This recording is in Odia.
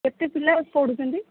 କେତେ ପିଲା ପଢ଼ୁଛନ୍ତି